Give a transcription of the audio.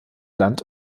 land